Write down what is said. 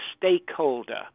stakeholder